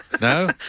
No